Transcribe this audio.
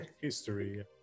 history